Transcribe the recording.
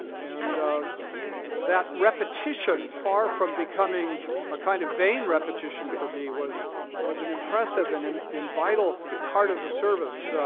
and that repetition far from becoming a kind of vain repetition for me was was an impressive and and and vital part of the service.